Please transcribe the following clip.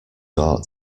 ought